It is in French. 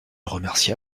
remercia